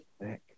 thick